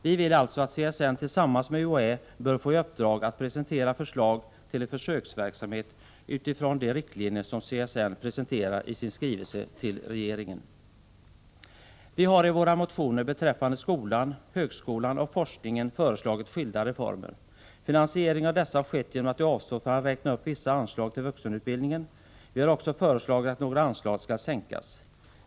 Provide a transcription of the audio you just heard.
Vi vill alltså att CSN tillsammans med UHÄ bör få i uppdrag att presentera förslag till en försöksverksamhet utifrån de riktlinjer som CSN presenterar i sin skrivelse till regeringen. Vi har i våra motioner beträffande skolan, högskolan och forskningen föreslagit skilda reformer. Finansieringen av dessa har skett genom att vi avstått från att räkna upp vissa anslag till vuxenutbildningen. Vi har också föreslagit att några anslag skall sänkas.